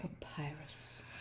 papyrus